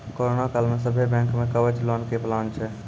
corona काल मे सभ्भे बैंक मे कवच लोन के प्लान छै